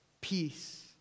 peace